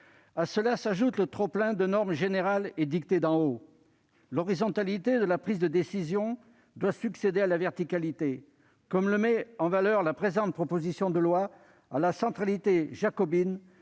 À cela s'ajoute le trop-plein de normes générales, édictées d'en haut. L'horizontalité de la prise de décision doit succéder à la verticalité. Comme le met en valeur la présente proposition de loi constitutionnelle,